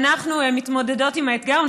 ואנחנו מתמודדות עם האתגר,